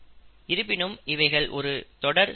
இருப்பினும் இவைகள் ஒரு தொடர் செயல்முறை